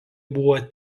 buvo